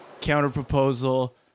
counter-proposal